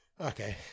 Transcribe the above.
Okay